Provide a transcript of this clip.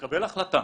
תקבל החלטה